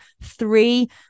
three